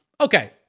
Okay